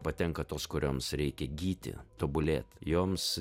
patenka tos kurioms reikia gyti tobulėt joms